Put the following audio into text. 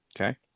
okay